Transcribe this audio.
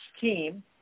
team